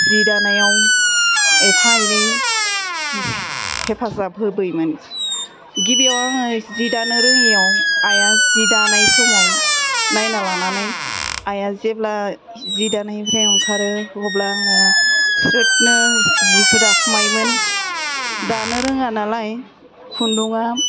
जि दानायाव एफा एनै हेफाजाब होबोयोमोन गिबियाव आङो जि दानो रोङियाव आइया जि दानाय समाव नायना लानानै आइया जेब्ला जि दानायनिफ्राय ओंखारो अब्ला आङो स्रोदनो जिखौ दाखुमायोमोन दानो रोङा नालाय खुन्दुङा